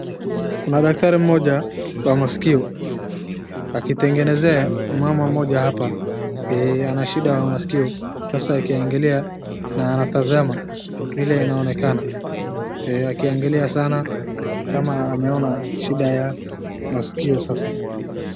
Kuna daktari mmoja wa maskio akitengenezea mama mmoja hapa ,ana shida ya maskio hasa akiaangalia na anatazama vile inaonekana, akiaangalia sana kama ameona shida ya maskio sasa.